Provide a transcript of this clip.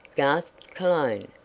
gasped cologne.